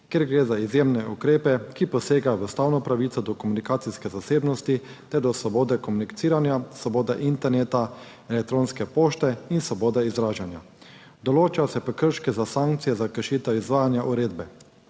kjer gre za izjemne ukrepe, ki posegajo v ustavno pravico do komunikacijske zasebnosti ter do svobode komuniciranja, svobode interneta elektronske pošte in svobode izražanja. Določa se prekrške za sankcije za kršitev izvajanja uredbe.